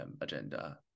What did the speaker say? agenda